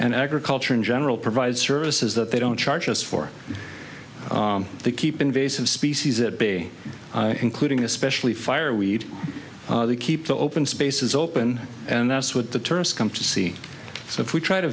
and agriculture in general provide services that they don't charge us for the keep invasive species that be including especially fire we need to keep the open spaces open and that's what the tourists come to see so if we try to